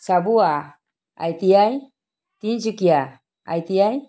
Chabua I T I Tinsukia I T I